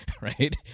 right